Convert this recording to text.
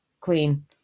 queen